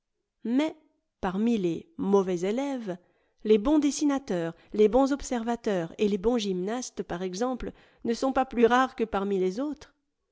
mais parmi les mauvais élèves les bons dessinateurs les bons observateurs et les bons gymnastes par exemple ne sont pas plus rares que parmi les autres